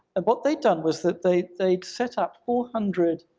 and what they'd done was that they'd they'd set up four hundred,